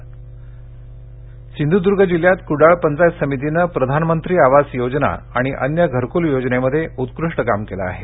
सिंधदर्ग सिंधूद्र्ग जिल्ह्यात कुडाळ पंचायत समितीनं प्रधानमंत्री आवास योजना आणि अन्य घरकुल योजनेमध्ये उत्कृष्ट काम केलं आहे